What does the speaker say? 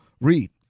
Read